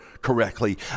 correctly